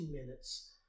minutes